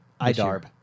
IDARB